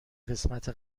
قسمت